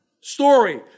story